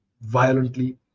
violently